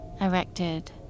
erected